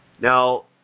Now